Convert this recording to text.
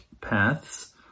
paths